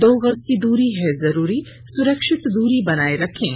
दो गज की दूरी है जरूरी सुरक्षित दूरी बनाए रखें